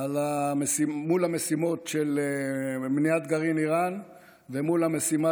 מול המשימות של מניעת גרעין איראן ומול המשימה